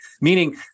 Meaning